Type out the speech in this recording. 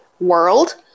world